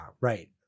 right